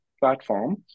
platform